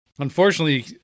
Unfortunately